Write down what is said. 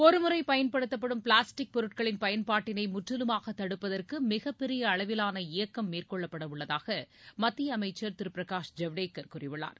ஒருமுறை பயன்படுத்தப்படும் பிளாஸ்டிக் பொருட்களின் பயன்பாட்டினை முற்றிலுமாக தடுப்பதற்கு மிகப் பெரிய அளவிலான இயக்கம் மேற்கொள்ளப்பட உள்ளதாக மத்திய அமைச்சர் திரு பிரகாஷ் ஜவடேகர் கூறியுள்ளார்